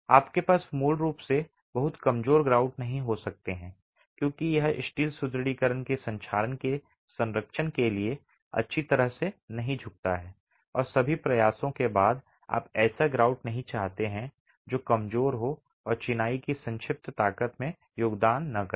आपके पास मूल रूप से बहुत कमजोर ग्राउट नहीं हो सकते हैं क्योंकि यह स्टील सुदृढीकरण के संक्षारण के संरक्षण के लिए अच्छी तरह से नहीं झुकता है और सभी प्रयासों के बाद आप ऐसा ग्राउट नहीं चाहते हैं जो कमजोर हो और चिनाई की संक्षिप्त ताकत में योगदान न करे